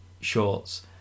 shorts